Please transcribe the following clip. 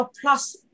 plus